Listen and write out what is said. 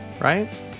right